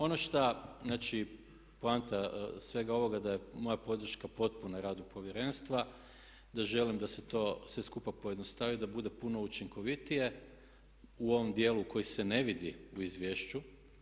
Ono šta, znači poanta svega ovoga da je moja podrška potpuna radu Povjerenstva, da želim da se to sve skupa pojednostavi, da bude puno učinkovitije u ovom dijelu koji se ne vidi u izvješću.